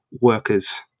workers